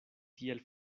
tiel